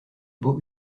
beaux